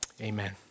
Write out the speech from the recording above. Amen